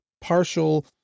partial